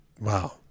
Wow